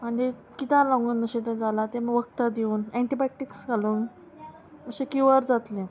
आनी किद्या लागून अशें तें जालां तें वखदां दिवन एन्टीबायोटिक्स घालून अशें क्यूअर जातलें